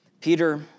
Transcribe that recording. Peter